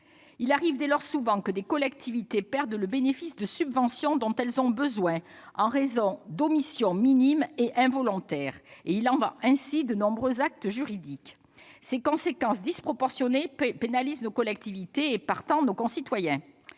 Il arrive dès lors souvent que des collectivités perdent le bénéfice de subventions dont elles ont besoin en raison d'omissions minimes et involontaires, et il en va ainsi de nombreux actes juridiques. Ces conséquences disproportionnées pénalisent nos collectivités et, partant, nos concitoyens.